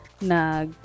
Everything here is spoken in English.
na